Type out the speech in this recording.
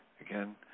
Again